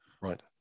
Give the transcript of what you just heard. right